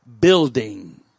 building